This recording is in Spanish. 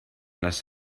las